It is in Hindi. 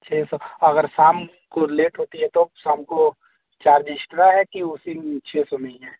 छः सौ अगर शाम को लेट होती है तो शाम को चार्ज इस्ट्रा है कि उसी छः सौ में ही है